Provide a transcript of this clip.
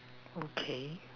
okay